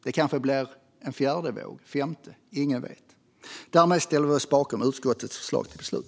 Det kanske blir en fjärde våg, och en femte - ingen vet. Därmed ställer vi oss bakom utskottets förslag till beslut.